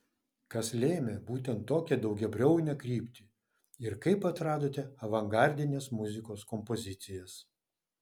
kas lėmė būtent tokią daugiabriaunę kryptį ir kaip atradote avangardinės muzikos kompozicijas